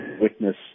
witness